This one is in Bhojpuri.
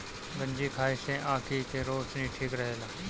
गंजी खाए से आंखी के रौशनी ठीक रहेला